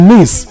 Miss